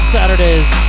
Saturdays